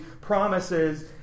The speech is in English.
promises